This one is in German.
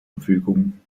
verfügung